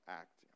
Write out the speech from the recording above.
act